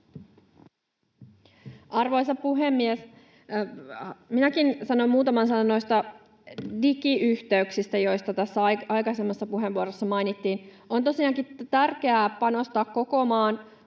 Arvoisa puhemies! Minäkin sanon muutaman sanan noista digiyhteyksistä, jotka aikaisemmassa puheenvuorossa mainittiin. On tosiaankin tärkeää panostaa koko maan